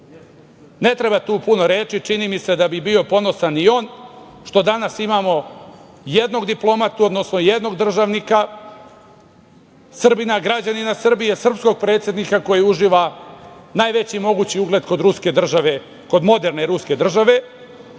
Ne treba tu puno reči, čini mi se da bi bio ponosan i on što danas imamo jednog diplomatu, odnosno jednog državnika, Srbina, građanina Srbije, srpskog predsednika koji uživa najveći mogući ugled kod moderne ruske države,